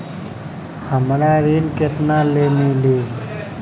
हमरा ऋण केतना ले मिली?